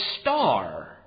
star